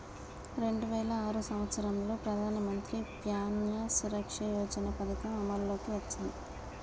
రెండు వేల ఆరు సంవత్సరంలో ప్రధానమంత్రి ప్యాన్య సురక్ష యోజన పథకం అమల్లోకి వచ్చింది